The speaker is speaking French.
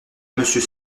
monsieur